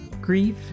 grief